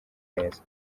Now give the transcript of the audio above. neza